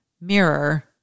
mirror